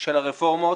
של הרפורמות